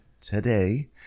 today